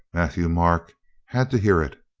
matthieu-marc had to hear it.